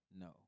No